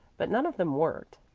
but none of them worked.